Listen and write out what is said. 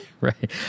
Right